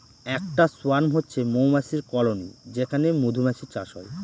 একটা সোয়ার্ম হচ্ছে মৌমাছির কলোনি যেখানে মধুমাছির চাষ হয়